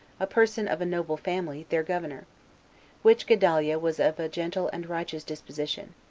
a person of a noble family, their governor which gedaliah was of a gentle and righteous disposition.